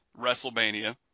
WrestleMania